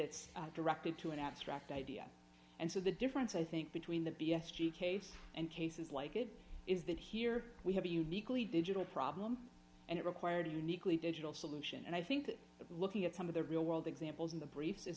it's directed to an abstract idea and so the difference i think between the b s d case and cases like it is that here we have a uniquely digital problem and it required a uniquely digital solution and i think looking at some of the real world examples in the briefs is